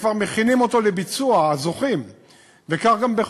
וכבר מכינים אותו לביצוע,